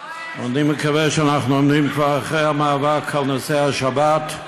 אני מקווה שאנחנו עומדים כבר אחרי המאבק על נושא השבת,